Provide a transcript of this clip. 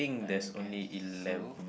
I guess so